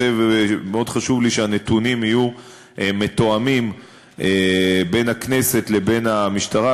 רוצה ומאוד חשוב לי שהנתונים יהיו מתואמים בין הכנסת לבין המשטרה,